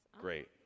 Great